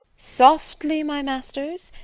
softly, my masters!